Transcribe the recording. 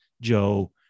Joe